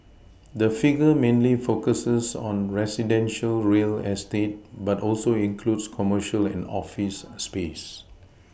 the figure mainly focuses on residential real estate but also includes commercial and office space